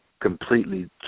completely